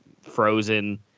Frozen